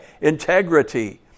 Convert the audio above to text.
Integrity